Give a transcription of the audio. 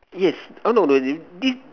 yes oh no no this